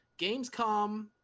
Gamescom